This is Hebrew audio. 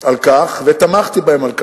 על כך, ותמכתי בהם על כך.